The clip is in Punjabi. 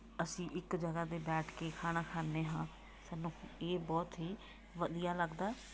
ਅਸੀਂ ਇੱਕ ਜਗ੍ਹਾ 'ਤੇ ਬੈਠ ਕੇ ਖਾਣਾ ਖਾਂਦੇ ਹਾਂ ਸਾਨੂੰ ਇਹ ਬਹੁਤ ਹੀ ਵਧੀਆ ਲੱਗਦਾ